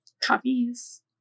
Copies